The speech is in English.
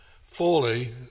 fully